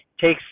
takes